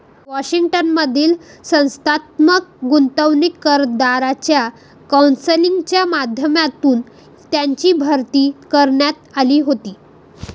Washington मधील संस्थात्मक गुंतवणूकदारांच्या कौन्सिलच्या माध्यमातून त्यांची भरती करण्यात आली होती